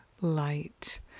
light